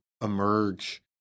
emerge